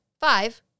five